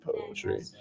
poetry